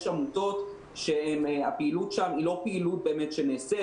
יש עמותות שהפעילות שם היא לא פעילות שנעשית,